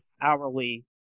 hourly